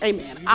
Amen